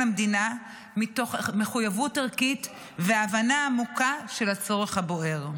המדינה מתוך מחויבות ערכית והבנה עמוקה של הצורך הבוער.